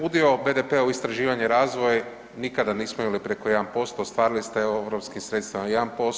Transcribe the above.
Udio BDP-a u istraživanje i razvoj nikada nismo imali preko 1%, ostvarili ste europskim sredstvima 1%